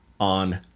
on